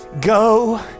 go